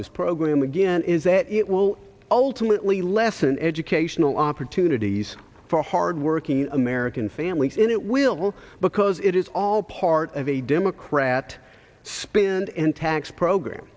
this program again is that it will ultimately lessen educational opportunities for hard working american families and it will because it is all part of a democrat spend and tax program